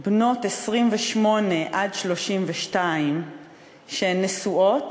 בנות 28 32 שהן נשואות,